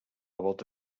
volta